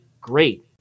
great